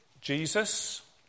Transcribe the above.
Jesus